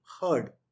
heard